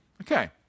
Okay